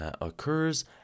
occurs